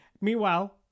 Meanwhile